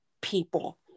people